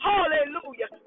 Hallelujah